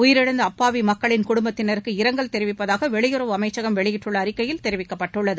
உயிரிழந்த அப்பாவி மக்களின் குடும்பத்தினருக்கு இரங்கல் தெரிவிப்பதாக வெளியுறவு அமைச்சகம் வெளியிட்டுள்ள அறிக்கையில் தெரிவிக்கப்பட்டுள்ளது